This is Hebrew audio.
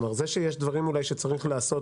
כלומר זה שיש דברים אולי שצריך לעשות